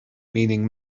meaning